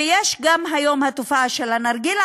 ויש היום גם התופעה של הנרגילה,